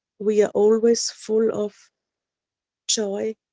we are always full of joy,